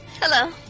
Hello